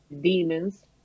Demons